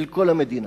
של כל המדינה.